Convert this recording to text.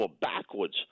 backwards